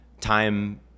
time